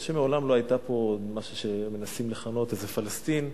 שמעולם לא היתה פה, משהו שמנסים לכנות פלסטין,